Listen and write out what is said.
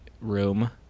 room